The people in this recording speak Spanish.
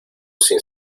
sin